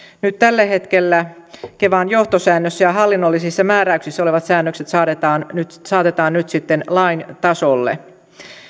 tällä hetkellä kevan johtosäännössä ja hallinnollisissa määräyksissä olevat säännökset saatetaan nyt saatetaan nyt sitten lain tasolle